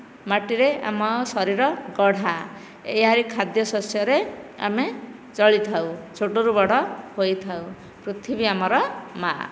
ମାଟିରେ ଆମ ଶରୀର ଗଢା ଏହାରି ଖାଦ୍ୟ ଶସ୍ୟରେ ଆମେ ଚଳିଥାଉ ଛୋଟ ରୁ ବଡ଼ ହୋଇଥାଉ ପୃଥିବୀ ଆମର ମା